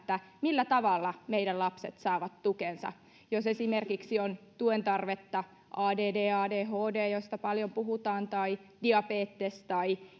millä tavalla meidän lapsemme saavat tukensa jos esimerkiksi on tuen tarvetta add adhd joista paljon puhutaan tai diabetes tai